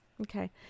Okay